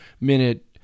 minute